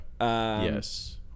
Yes